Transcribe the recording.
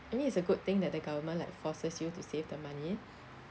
I mean it's a good thing that the government like forces you to save the money